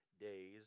days